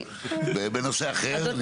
בנושא אחר.